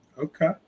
Okay